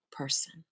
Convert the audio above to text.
person